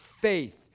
faith